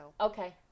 Okay